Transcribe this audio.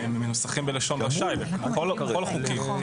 מנוסחות בלשון רשאי בכל החוקים.